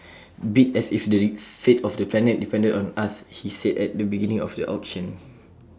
bid as if the fate of the planet depended on us he said at the beginning of the auction